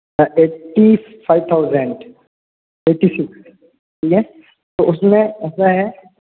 eighty five thousand eighty six ठीक है तो उसमें ऐसा है